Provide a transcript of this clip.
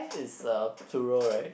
is a plural right